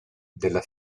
della